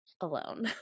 alone